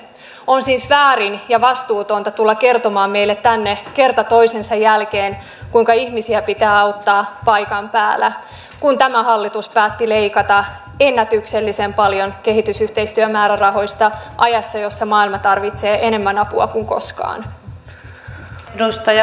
on siis väärin ja vastuutonta tulla kertomaan meille tänne kerta toisensa jälkeen kuinka ihmisiä pitää auttaa paikan päällä kun tämä hallitus päätti leikata ennätyksellisen paljon kehitysyhteistyömäärärahoista ajassa jossa maailma tarvitsee apua enemmän kuin koskaan